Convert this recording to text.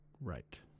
Right